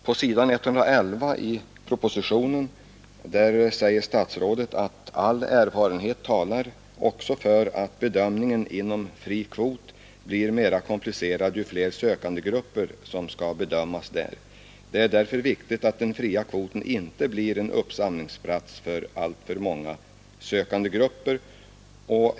På s. 111 i propositionen säger statsrådet: ”All erfarenhet talar också för att bedömningen inom fri kvot blir mera komplicerad ju flera sökandegrupper som skall bedömas där. Det är därför viktigt att den fria kvoten inte blir en uppsamlingsplats för alltför många sökandegrupper.